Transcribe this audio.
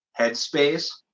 headspace